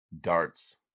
Darts